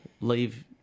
leave